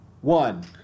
one